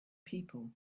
people